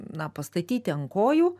na pastatyti ant kojų